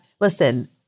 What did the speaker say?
Listen